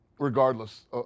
regardless